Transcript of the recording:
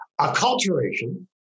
Acculturation